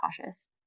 cautious